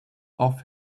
off